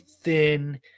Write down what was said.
thin